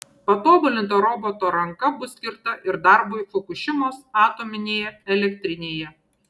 patobulinta roboto ranka bus skirta ir darbui fukušimos atominėje elektrinėje